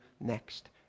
next